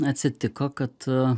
atsitiko kad